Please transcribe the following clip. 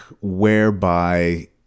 whereby